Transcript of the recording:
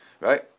Right